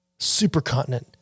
supercontinent